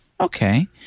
okay